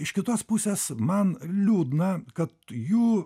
iš kitos pusės man liūdna kad jų